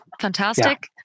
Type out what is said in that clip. fantastic